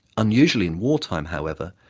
unusually in wartime, however,